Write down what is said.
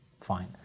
fine